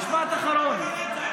משפט אחרון.